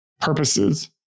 purposes